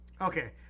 Okay